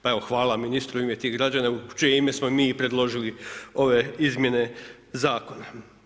Pa evo hvala ministru u ime tih građana u čije ime smo mi i predložili ove izmjene zakona.